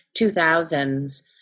2000s